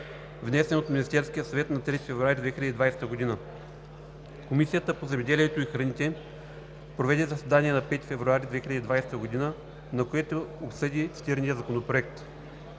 внесен от Министерския съвет на 3 февруари 2020 г. Комисията по земеделието и храните проведе заседание на 5 февруари 2020 г., на което обсъди цитирания законопроект.